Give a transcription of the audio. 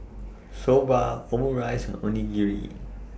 Soba Omurice and Onierei